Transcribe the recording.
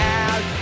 out